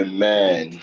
Amen